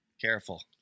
Careful